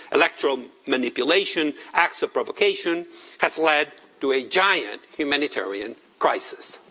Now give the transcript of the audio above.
electoral manipulation, acts of provocation has led to a giant humanitarian crisis.